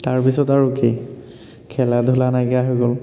তাৰ পিছত আৰু কি খেলা ধূলা নাইকিয়া হৈ গ'ল